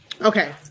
Okay